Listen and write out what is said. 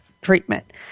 treatment